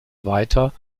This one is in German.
weiter